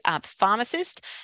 pharmacist